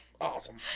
Awesome